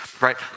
right